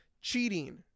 cheating